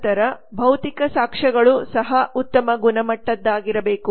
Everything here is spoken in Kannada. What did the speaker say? ನಂತರ ಭೌತಿಕ ಸಾಕ್ಷ್ಯಗಳು ಸಹ ಉತ್ತಮ ಗುಣಮಟ್ಟದ್ದಾಗಿರಬೇಕು